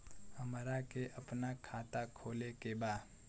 हमरा के अपना खाता खोले के बा?